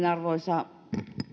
arvoisa